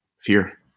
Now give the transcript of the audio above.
fear